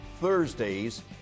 Thursdays